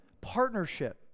partnership